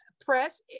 press